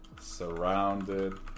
surrounded